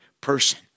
person